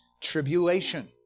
tribulation